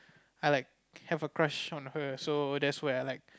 I like have a crush on her so that's where I like